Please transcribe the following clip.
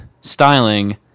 styling